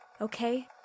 Okay